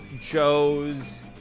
Joe's